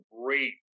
great